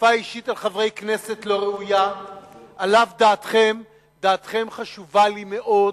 על אף דעתכם, דעתכם חשובה לי מאוד,